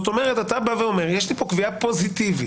זה בדיוק האיזון שאנו מנסים לייצר.